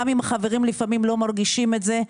גם אם החברים לפעמים לא מרגישים את זה.